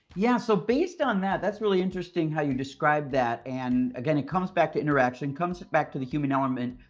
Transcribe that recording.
yeah, so based on that, that's really interesting how you described that, and again, it comes back to interaction, comes back to the human element.